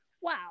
Wow